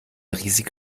riesige